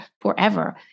forever